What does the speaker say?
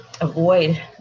avoid